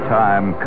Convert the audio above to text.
time